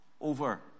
over